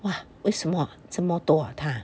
!wah! 为什么这么多啊